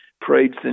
prayed